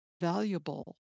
valuable